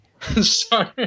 Sorry